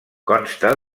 consta